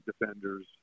defenders